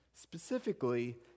Specifically